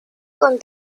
con